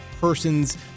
person's